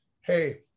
hey